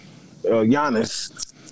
Giannis